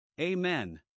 Amen